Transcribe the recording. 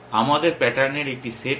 আমাদের প্যাটার্নের একটি সেট আছে